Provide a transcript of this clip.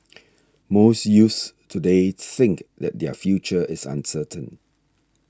most youths today think that their future is uncertain